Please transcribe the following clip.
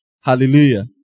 Hallelujah